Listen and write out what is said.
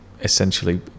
essentially